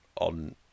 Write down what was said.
on